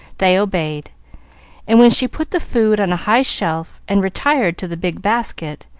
they obeyed and when she put the food on a high shelf and retired to the big basket,